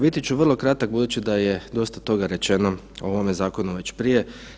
Biti ću vrlo kratak budući da je dosta toga rečeno o ovome zakonu već prije.